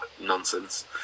nonsense